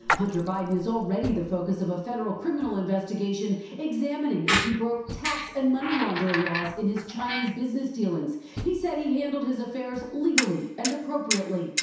hunter biden i already the focus of a federal criminal investigation examining if he broke tax and money laundering laws in his chinese business dealings he said he handled his affairs legally and appropriately.